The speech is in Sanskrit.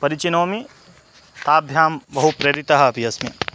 परिचिनोमि ताभ्यां बहु प्रेरितः अपि अस्मि